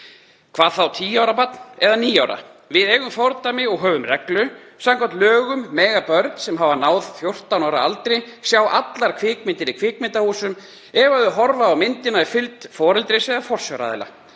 hvað þá tíu ára barn eða níu ára? Við eigum fordæmi og höfum reglur. Samkvæmt lögum mega börn sem náð hafa fjórtán ára aldri sjá allar kvikmyndir í kvikmyndahúsum ef þau horfa á myndina í fylgd foreldris eða forsjáraðila.